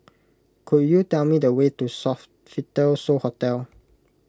could you tell me the way to Sofitel So Hotel